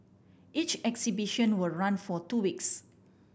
each exhibition will run for two weeks